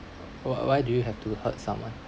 why why do you have to hurt someone